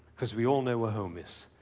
because we all know where home is.